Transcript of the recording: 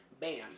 Bam